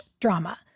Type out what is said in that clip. drama